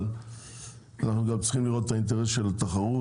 אבל אנחנו גם צריכים לראות את האינטרס של התחרות,